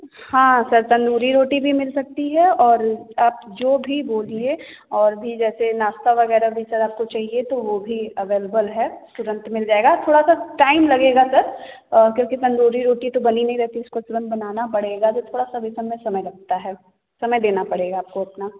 हाँ सर तंदूरी रोटी भी मिल सकती है और आप जो भी बोलिए और भी जैसे नाश्ता वगैरह भी सर आपको चाहिए तो वो भी अवेलेबल है तो तुरंत मिल जाएगा थोड़ा सा टाइम लगेगा सर क्योंकि तंदूरी रोटी तो बनी नहीं रहती उसको तुरंत बनाना पड़ेगा तो थोड़ा सा ये सब में समय लगता है समय देना पड़ेगा आपको उतना